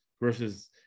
versus